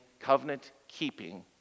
covenant-keeping